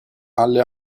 alle